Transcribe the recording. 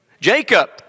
Jacob